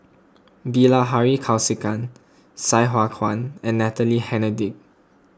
Bilahari Kausikan Sai Hua Kuan and Natalie Hennedige